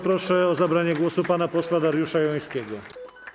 Proszę o zabranie głosu pana posła Dariusza Jońskiego.